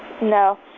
No